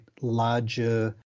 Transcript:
larger